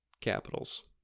capitals